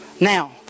now